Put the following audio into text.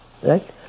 Right